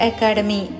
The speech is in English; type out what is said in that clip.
Academy